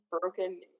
broken